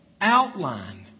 outline